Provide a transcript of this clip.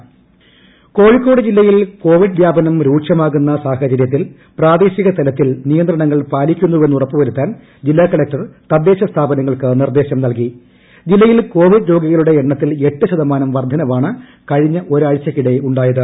കോഴിക്കോട് ജില്ലാ കളക്ടർ കോഴിക്കോട് ജില്ലയിൽ കോവിഡ് വൃാപനം രൂക്ഷമാകുന്ന സാഹചര്യത്തിൽ പ്രാദേശിക തലത്തിൽ നിയന്ത്രണങ്ങൾ പാലിക്കുന്നുവെന്ന് ഉറപ്പുവരുത്താൻ ജില്ലിറ്റ് കളക്ടർ തദ്ദേശ സ്ഥാപനങ്ങൾക്ക് നിർദേശം നൽകിട്ട് ജില്ല്യിൽ കോവിഡ് രോഗികളുടെ എണ്ണത്തിൽ എട്ട് ശൃത്യാന്നം വർധനവാണ് കഴിഞ്ഞ ഒരാഴ്ചയ്ക്കിടെ ഉണ്ടായത്